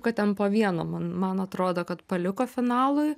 kad ten po vieno man man atrodo kad paliko finalui